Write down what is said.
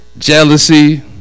Jealousy